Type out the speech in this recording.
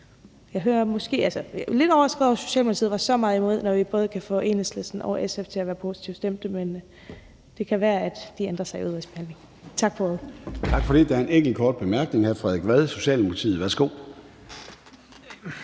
i udvalgsbehandlingen. Jeg er lidt overrasket over, at Socialdemokratiet var så meget imod det, når vi både kan få Enhedslisten og SF til at være positivt stemt. Men det kan være, at det ændrer sig i udvalgsbehandlingen. Tak for ordet.